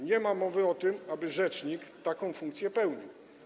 Nie ma mowy o tym, aby rzecznik taką funkcję pełnił.